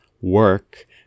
work